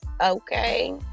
okay